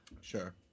Sure